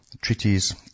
treaties